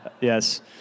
yes